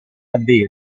davvero